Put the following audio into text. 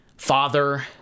father